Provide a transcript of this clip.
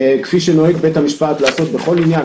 כפי שנוהג בית המשפט לעשות בכל עניין,